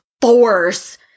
force